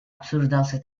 обсуждался